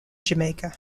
jamaica